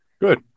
Good